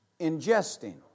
ingesting